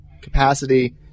capacity